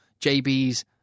JB's